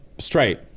Straight